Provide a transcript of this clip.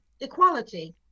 equality